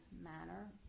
manner